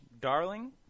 Darling